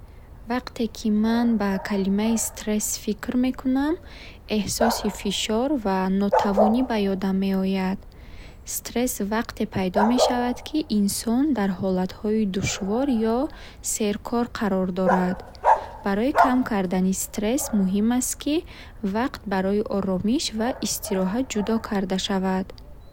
Вақте ки ман ба калимаи стресс фикр мекунам, эҳсоси фишор ва нотавонӣ ба ёдам меояд. Стресс вақте пайдо мешавад, ки инсон дар ҳолатҳои душвор ё серкор қарор дорад. Барои кам кардани стресс, муҳим аст, ки вақт барои оромиш ва истироҳат ҷудо карда шавад.